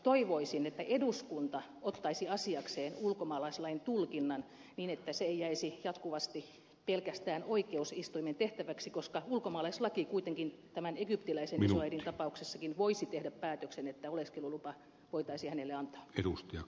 toivoisin että eduskunta ottaisi asiakseen ulkomaalaislain tulkinnan niin että se ei jäisi jatkuvasti pelkästään oikeusistuimen tehtäväksi koska ulkomaalaislaki kuitenkin tämän egyptiläisen isoäidin tapauksessakin voisi tehdä päätöksen että oleskelulupa voitaisiin hänelle antaa